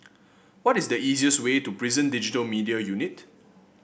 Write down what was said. what is the easiest way to Prison Digital Media Unit